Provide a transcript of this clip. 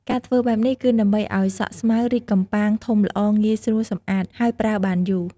ការធ្វើបែបនេះគឺដើម្បីអោយសក់ស្មៅរីកកំប៉ាងធំល្អងាយស្រួលសំអាត ហើយប្រើបានយូរ។